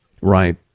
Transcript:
Right